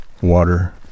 water